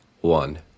one